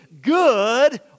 good